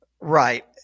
Right